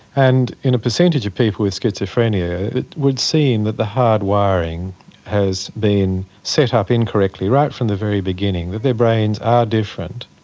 and in a percentage of people with schizophrenia it would seem that the hardwiring has been set up incorrectly right from the very beginning, that their brains are different,